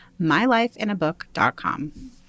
MyLifeInABook.com